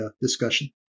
discussion